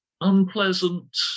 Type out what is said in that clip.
unpleasant